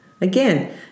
again